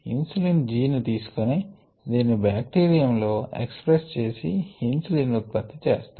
insulin gene ను తీసుకోని దీనిని బాక్టీరియం లో ఎక్ష్ప్రెస్స్ చేసి ఇన్సులిన్ ని ఉత్పత్తి చేస్తారు